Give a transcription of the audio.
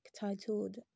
titled